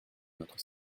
notre